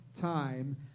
time